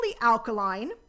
alkaline